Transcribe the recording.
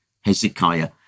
Hezekiah